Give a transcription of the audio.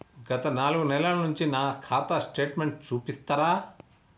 గత నాలుగు నెలల నుంచి నా ఖాతా స్టేట్మెంట్ చూపిస్తరా?